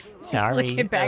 sorry